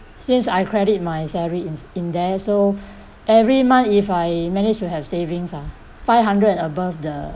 since I credit my salary is in there so every month if I manage to have savings ah five hundred and above the